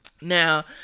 Now